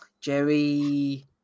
Jerry